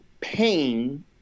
pain